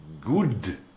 good